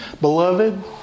Beloved